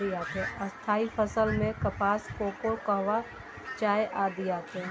स्थायी फसल में कपास, कोको, कहवा, चाय आदि आते हैं